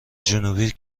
جنوبی